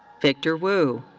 victor wu.